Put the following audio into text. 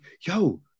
yo